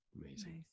Amazing